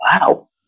wow